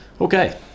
Okay